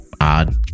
odd